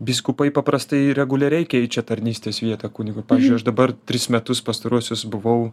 vyskupai paprastai reguliariai keičia tarnystės vietą kunigui pavyzdžiui aš dabar tris metus pastaruosius buvau